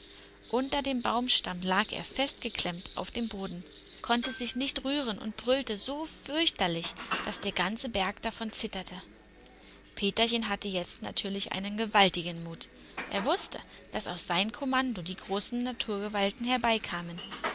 unter dem baumstamm lag er festgeklemmt auf dem boden konnte sich nicht rühren und brüllte so fürchterlich daß der ganze berg davon zitterte peterchen hatte jetzt natürlich einen gewaltigen mut er wußte daß auf sein kommando die großen naturgewalten